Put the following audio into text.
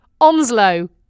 Onslow